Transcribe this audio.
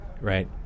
right